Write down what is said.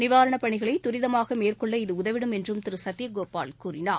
நிவாரணப் பணிகளைதரிதமாகமேற்கொள்ள இது உதவிடும் என்றும் திருசத்தியகோபால் கூறினார்